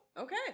okay